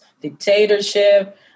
dictatorship